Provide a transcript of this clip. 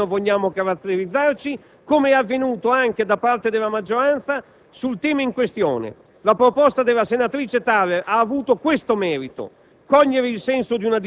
Su questo terreno noi vogliamo caratterizzarci, com'è avvenuto anche da parte della maggioranza, sul tema in questione. La proposta della senatrice Thaler Ausserhofer